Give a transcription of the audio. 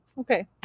Okay